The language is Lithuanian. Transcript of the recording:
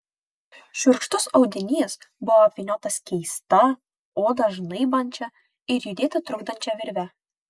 šiurkštus audinys buvo apvyniotas keista odą žnaibančia ir judėti trukdančia virve